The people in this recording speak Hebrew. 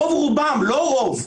רוב רובן, לא רוב,